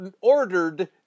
ordered